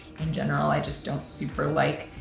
in general, i just don't super like